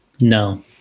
No